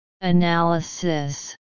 Analysis